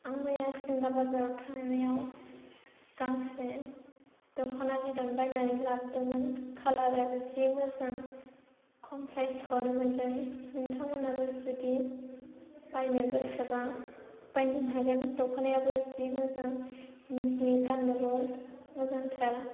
आं मैया सिमला बाजाराव थांनायाव गांसे दख'ना बिदन बायनानै लाबोदोंमोन खालाराबो जि मोजां खम फ्राइसखौनो मोन्दों नोंथांमोनहाबो जुदि बायनो गोसोबा बायनो हागोन दख'नायाबो जि मोजां मिहि गाननोबो मोजांथार